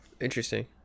interesting